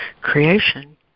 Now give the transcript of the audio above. creation